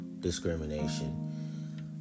discrimination